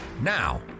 Now